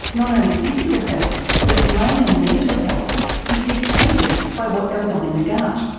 not only physical health, but brain and mental health is dictated by what goes on in the gut.